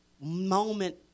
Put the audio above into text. moment